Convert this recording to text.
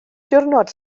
diwrnod